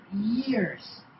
years